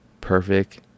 perfect